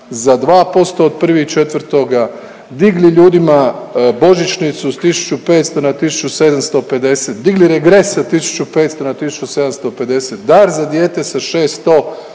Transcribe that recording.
za 2% od 1.4. digli ljudima božićnicu s 1.500 na 1.750, digli regres sa 1.500 na 1.750, dar za dijete sa 600